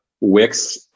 Wix